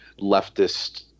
leftist